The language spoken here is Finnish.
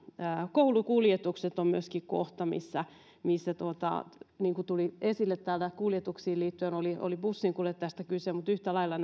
koulukuljetukset on myöskin kohta missä niin kuin tuli esille täällä kuljetuksiin liittyen oli oli bussinkuljettajasta kyse yhtä lailla